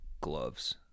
gloves